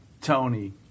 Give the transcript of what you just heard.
Tony